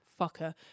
fucker